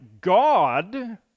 God